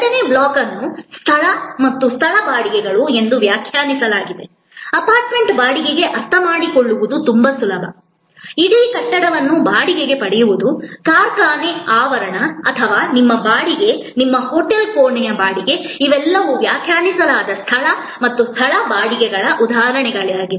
ಎರಡನೆಯ ಬ್ಲಾಕ್ ಅನ್ನು ಸ್ಥಳ ಮತ್ತು ಸ್ಥಳ ಬಾಡಿಗೆಗಳು ಎಂದು ವ್ಯಾಖ್ಯಾನಿಸಲಾಗಿದೆ ಅಪಾರ್ಟ್ಮೆಂಟ್ ಬಾಡಿಗೆಗೆ ಅರ್ಥಮಾಡಿಕೊಳ್ಳುವುದು ತುಂಬಾ ಸುಲಭ ಇಡೀ ಕಟ್ಟಡವನ್ನು ಬಾಡಿಗೆಗೆ ಪಡೆಯುವುದು ಕಾರ್ಖಾನೆ ಆವರಣ ಅಥವಾ ನಿಮ್ಮ ಬಾಡಿಗೆ ನಿಮ್ಮ ಹೋಟೆಲ್ ಕೋಣೆಯ ಬಾಡಿಗೆ ಇವೆಲ್ಲವೂ ವ್ಯಾಖ್ಯಾನಿಸಲಾದ ಸ್ಥಳ ಮತ್ತು ಸ್ಥಳ ಬಾಡಿಗೆಗಳ ಉದಾಹರಣೆಗಳಾಗಿವೆ